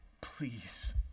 please